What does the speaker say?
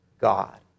God